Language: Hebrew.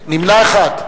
אחד.